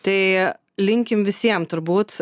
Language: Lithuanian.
tai linkim visiem turbūt